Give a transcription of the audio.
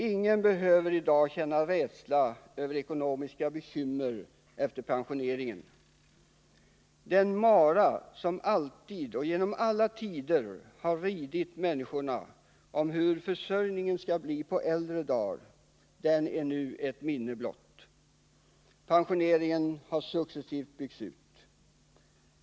Ingen behöver i dag känna rädsla inför ekonomiska bekymmer efter pensioneringen. Den mara som alltid har ridit människorna — hur det skall bli med försörjningen på äldre dar — är nu ett minne blott. Pensioneringen har successivt byggts ut.